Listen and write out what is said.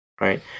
Right